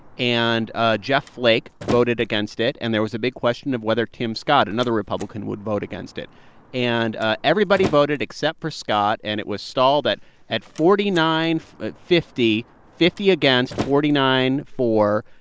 and ah jeff flake voted against it. and there was a big question of whether tim scott, another republican, would vote against it and ah everybody voted except for scott, and it was stalled that at forty nine fifty fifty against, forty nine for.